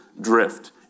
drift